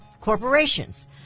corporations